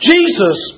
Jesus